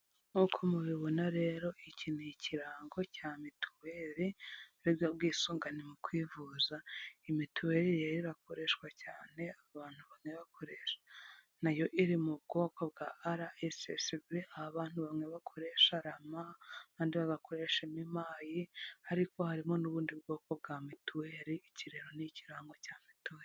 Nk'uko mubibona rero iki ni ikirango cya mituwele, ubwisungane mu kwivuza. Iyi mituweli irakoreshwa cyane abantu bane bakoresha na yo iri mu bwoko bwa RSSB. Aho abantu bamwe bakoresha rama, abandi bagakoresha emimayi. Ariko harimo n'ubundi bwoko bwa mituweli, iki rero ni ikirango cya mituweli.